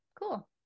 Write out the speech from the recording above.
cool